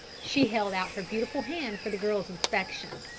she held out her beautiful hand for the girl's inspection.